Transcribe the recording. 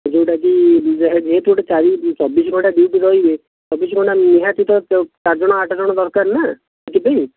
ଯେଉଁଟା କି ଜିନିଷ ଯେହେତୁ ଚାରି ଚବିଶ ଘଣ୍ଟା ଦୁଇ ଦିନ ରହିବେ ଚବିଶ ଘଣ୍ଟା ନିହାତି ତ ପାଞ୍ଚ ଜଣ ଆଠ ଜଣ ଦରକାର ନା ଯିବେ